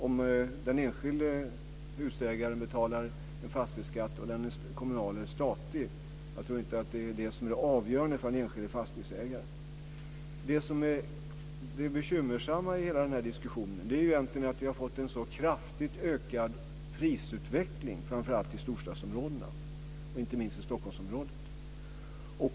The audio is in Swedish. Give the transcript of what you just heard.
Det är inte avgörande för den enskilde fastighetsägaren om denne betalar en kommunal eller statlig fastighetsskatt. Det bekymmersamma i hela diskussionen är att vi har fått en så kraftigt ökad prisutveckling framför allt i storstadsområdena och inte minst i Stockholmsområdet.